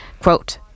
quote